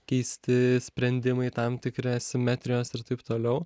keisti sprendimai tam tikri asimetrijos ir taip toliau